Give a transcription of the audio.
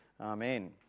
Amen